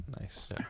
Nice